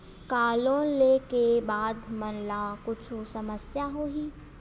का लोन ले के बाद हमन ला कुछु समस्या होही?